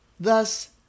Thus